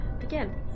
again